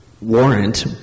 warrant